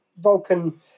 Vulcan